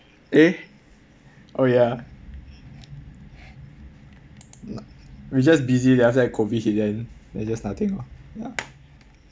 eh oh ya we just busy then after that COVID hit then there's just nothing oh ya